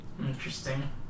Interesting